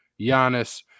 Giannis